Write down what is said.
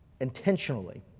intentionally